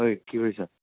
ঐ কি কৰিছা